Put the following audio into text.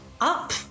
up